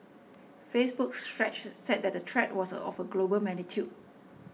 Facebook's Stretch said the threat was of a global magnitude